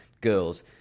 girls